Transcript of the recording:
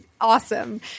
Awesome